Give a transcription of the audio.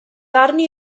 arni